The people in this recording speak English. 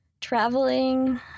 traveling